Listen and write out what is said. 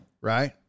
right